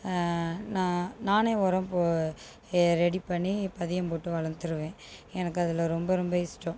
நான் நானே உரம் போ ஏ ரெடி பண்ணி பதியம் போட்டு வளர்த்துடுவேன் எனக்கு அதில் ரொம்ப ரொம்ப இஷ்டம்